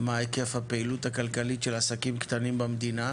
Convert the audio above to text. מה היקף הפעילות הכלכלית של עסקים קטנים במדינה